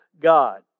God